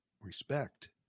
respect